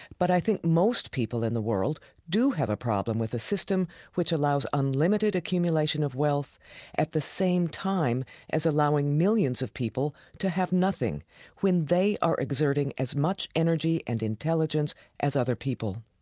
but i think most people in the world do have a problem with a system which allows unlimited accumulation of wealth at the same time as allowing millions of people to have nothing when they are exerting as much energy and intelligence as other people.